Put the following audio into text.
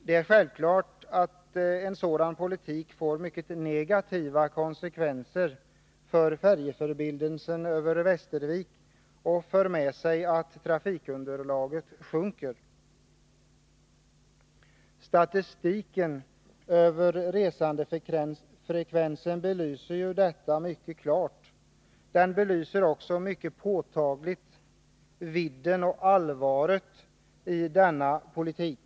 Det är självklart att en sådan politik får mycket negativa konsekvenser för färjeförbindelsen över Västervik och för med sig att trafikunderlaget sjunker. Statistiken över resandefrekvensen belyser detta mycket klart. Den belyser också mycket påtagligt vidden av och allvaret i denna politik.